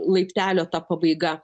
laiptelio ta pabaiga